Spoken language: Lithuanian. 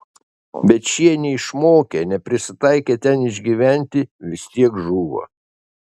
bet šie neišmokę neprisitaikę ten išgyventi vis tiek žūva